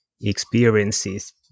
experiences